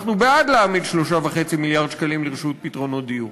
אנחנו בעד להעמיד 3.5 מיליארד שקלים לטובת פתרונות דיור.